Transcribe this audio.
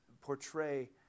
portray